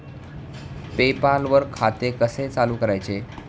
पे पाल वर खाते कसे चालु करायचे